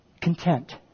content